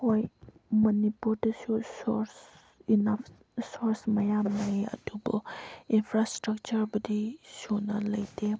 ꯍꯣꯏ ꯃꯅꯤꯃꯨꯔꯗꯁꯨ ꯁꯣꯔꯁ ꯏꯅꯐ ꯁꯣꯔꯁ ꯃꯌꯥꯝ ꯂꯩ ꯑꯗꯨꯕꯨ ꯏꯟꯐ꯭ꯔꯥ ꯏꯁꯇ꯭ꯔꯛꯆꯔꯕꯨꯗꯤ ꯁꯨꯅ ꯂꯩꯇꯦ